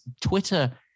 Twitter